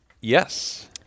Yes